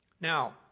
Now